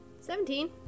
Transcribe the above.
Seventeen